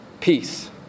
peace